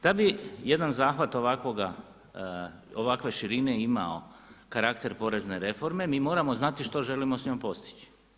Da bi jedan zahvat ovakvoga, ovakve širine imao karakter porezne reforme mi moramo znati što želimo s njom postići.